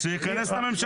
אז שייכנס את הממשלה.